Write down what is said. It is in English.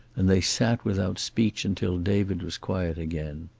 and they sat without speech until david was quiet again.